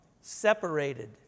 separated